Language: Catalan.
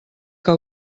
que